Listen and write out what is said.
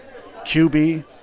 QB